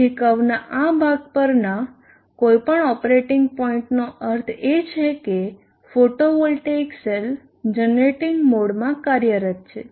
તેથી કર્વના આ ભાગ પરના કોઈપણ ઓપરેટિંગ પોઇન્ટનો અર્થ એ છે કે ફોટોવોલ્ટેઇક સેલ જનરેટિંગ મોડમાં કાર્યરત છે